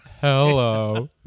hello